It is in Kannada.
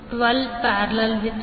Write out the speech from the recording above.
84 ಮತ್ತು Z2j12||4j124j1243